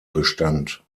bestand